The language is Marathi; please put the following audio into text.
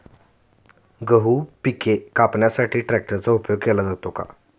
गहू पिके कापण्यासाठी ट्रॅक्टरचा उपयोग केला जातो का?